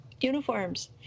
uniforms